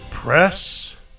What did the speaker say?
Press